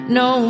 no